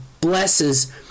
blesses